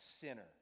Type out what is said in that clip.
sinner